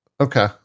Okay